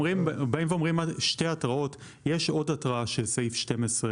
"(ד) ספק גז שהתקבלה אצלו בקשה של צרכן